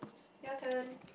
your turn